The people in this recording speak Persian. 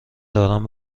دارم